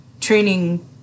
training